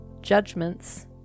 judgments